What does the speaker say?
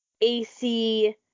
AC